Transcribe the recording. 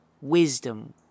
wisdom